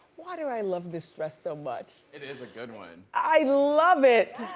why do i love this dress so much? it is a good one. i love it.